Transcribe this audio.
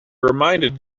reminded